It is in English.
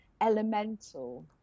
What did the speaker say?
elemental